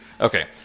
Okay